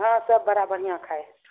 हँ सब बड़ा बढ़िआँ खाय हए